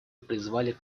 призвали